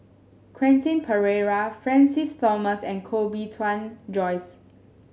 Quentin Pereira Francis Thomas and Koh Bee Tuan Joyce